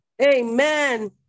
Amen